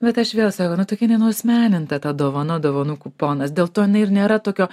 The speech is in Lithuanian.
bet aš vėl sakau nu tokia nenuasmeninta ta dovana dovanų kuponas dėl to jinai ir nėra tokio